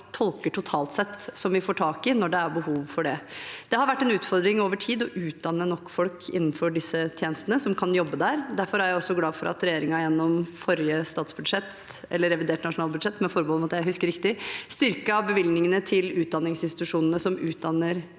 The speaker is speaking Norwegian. nok tolker som vi får tak i når det er behov for det. Det har vært en utfordring over tid å utdanne nok folk som kan jobbe innenfor disse tjenestene. Derfor er jeg også glad for at regjeringen gjennom forrige statsbudsjett eller revidert nasjonalbudsjett – med forbehold om at jeg husker riktig – styrket bevilgningene til utdanningsinstitusjonene som utdanner